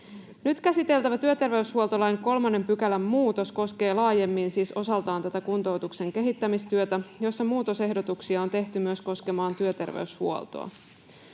Nyt käsiteltävä työterveyshuoltolain 3 §:n muutos koskee laajemmin, siis osaltaan, tätä kuntoutuksen kehittämistyötä, jossa muutos-ehdotuksia on tehty koskemaan myös työterveyshuoltoa.